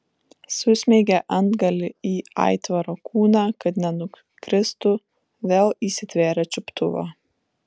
susmeigė antgalį į aitvaro kūną kad nenukristų vėl įsitvėrė čiuptuvo